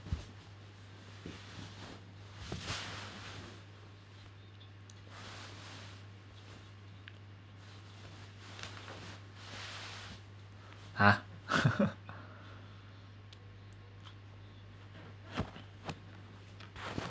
ha